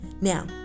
Now